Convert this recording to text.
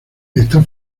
está